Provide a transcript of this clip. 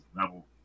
level